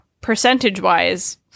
percentage-wise